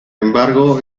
embargo